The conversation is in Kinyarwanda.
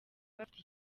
bafite